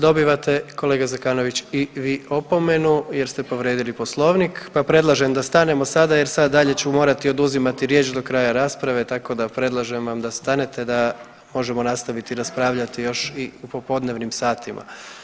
Dobivate kolega Zekanović i vi opomenu jer ste povrijedili poslovnik, pa predlažem da stanemo sada jer sada dalje ću morati oduzimati riječ do kraja rasprave tako da predlažem vam da stanete da možemo nastaviti raspravljati još i u popodnevnim satima.